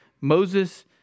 Moses